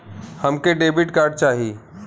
हमके debit card चाही?